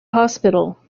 hospital